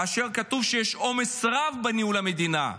שכתוב בה שיש עומס רב בניהול המדינה?